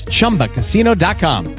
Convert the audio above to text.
ChumbaCasino.com